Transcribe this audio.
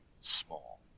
small